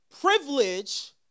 privilege